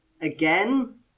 again